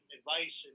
advice